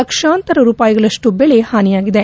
ಲಕ್ಷಾಂತರ ರೂಪಾಯಿಗಳಷ್ಟು ಹಾನಿಯಾಗಿದೆ